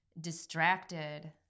distracted